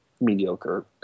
mediocre